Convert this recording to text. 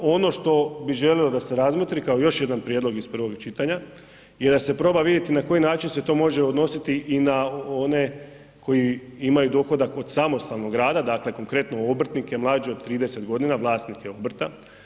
Ono što bi želio da se razmotri kao još jedan prijedlog iz prvog čitanja je da se proba vidjeti na koji način se to može odnositi i na one koji imaju dohodak od samostalnog rada, dakle konkretno obrtnike mlađe od 30 godina, vlasnike obrta.